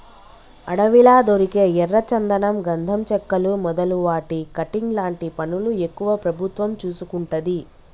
అడవిలా దొరికే ఎర్ర చందనం గంధం చెక్కలు మొదలు వాటి కటింగ్ లాంటి పనులు ఎక్కువ ప్రభుత్వం చూసుకుంటది